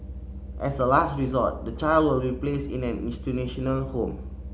as a last resort the child will replaced in an institutional home